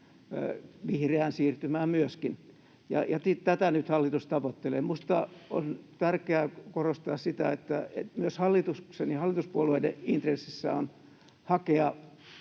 vihreään siirtymään myöskin. Ja tätä nyt hallitus tavoittelee. Minusta on tärkeää korostaa sitä, että myös hallituksen ja hallituspuolueiden intressissä on hakea